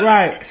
Right